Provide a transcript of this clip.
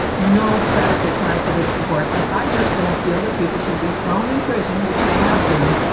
no credible scientific support, and i just don't feel that people should be thrown in prison, which they have been,